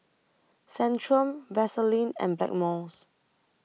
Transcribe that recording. Centrum Vaselin and Blackmores